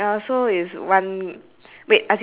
stand then do you see anything protruding